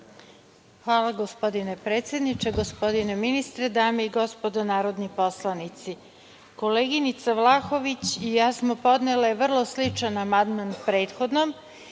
Hvala, gospodine predsedniče, gospodine ministre, dame i gospodo narodni poslanici, koleginica Vlahović i ja smo podnele vrlo sličan amandman prethodnom